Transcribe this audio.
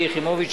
שלי יחימוביץ,